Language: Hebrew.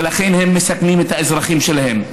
ולכן הם מסכנים את האזרחים שלהם.